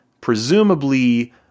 presumably